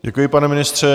Děkuji, pane ministře.